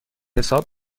حساب